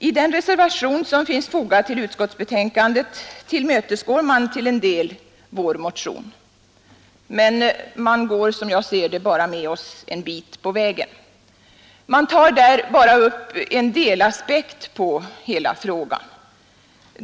I den reservation som är fogad vid utskottets betänkande tillmötesgår man till en del vår motion, men man går som jag ser det bara med oss en bit på vägen. Man tar där bara upp en delaspekt på hela frågan.